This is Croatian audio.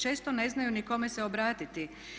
Često ne znaju ni kome se obratiti.